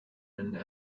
and